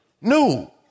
new